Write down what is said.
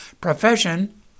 profession